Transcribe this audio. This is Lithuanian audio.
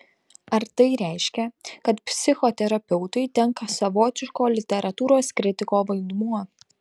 ar tai reiškia kad psichoterapeutui tenka savotiško literatūros kritiko vaidmuo